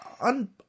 un